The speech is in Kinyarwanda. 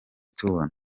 tubona